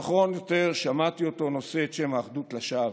נכון יותר, שמעתי אותו נושא את שם האחדות לשווא,